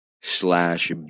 slash